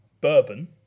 Bourbon